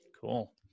Cool